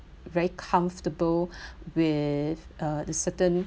very comfortable with uh the certain